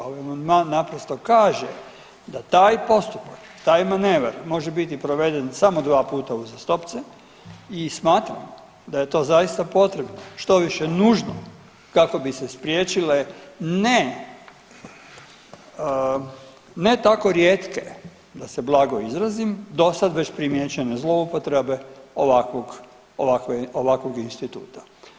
Ovaj amandman naprosto kaže da taj postupak, taj manevar može biti proveden samo 2 puta uzastopce i smatram da je to zaista potrebno štoviše nužno kako bi se spriječile ne, ne tako rijetke da se blago izrazim dosad već primijećene zloupotrebe ovakve, ovakvog instituta.